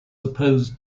opposed